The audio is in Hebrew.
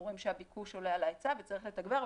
רואים שהביקוש עולה על ההיצע וצריך לתגבר,